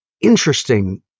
interesting